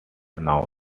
known